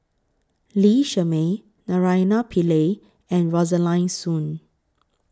Lee Shermay Naraina Pillai and Rosaline Soon